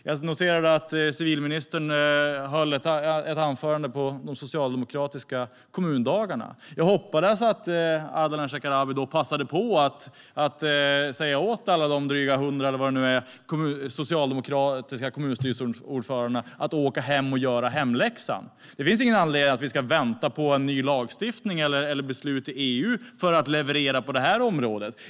Jag noterade att civilministern höll ett anförande på de socialdemokratiska kommundagarna. Jag hoppas att Ardalan Shekarabi då passade på att säga åt de dryga 100 socialdemokratiska kommunstyrelseordförandena att åka hem och göra hemläxan. Det finns ingen anledning till att vi ska vänta på en ny lagstiftning eller beslut i EU för att leverera på detta område.